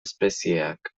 espezieak